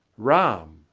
ram!